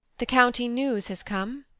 the county news has come.